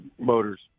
motors